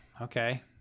okay